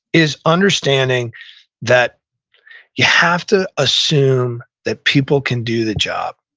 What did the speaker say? is understanding that you have to assume that people can do the job.